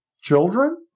children